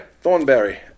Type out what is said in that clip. thornberry